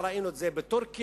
ראינו את זה בטורקיה,